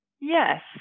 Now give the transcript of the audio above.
Yes